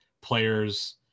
players